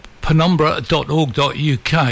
penumbra.org.uk